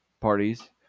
parties